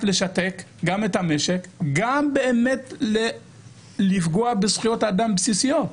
לשתק גם את המשק וגם לפגוע בזכויות אדם בסיסיות.